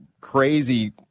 crazy